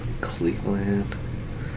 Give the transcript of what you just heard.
Cleveland